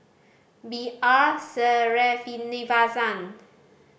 B R Sreenivasan